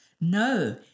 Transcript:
No